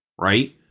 right